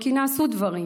כי נעשו דברים,